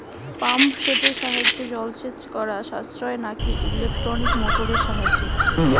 Pump সেটের সাহায্যে জলসেচ করা সাশ্রয় নাকি ইলেকট্রনিক মোটরের সাহায্যে?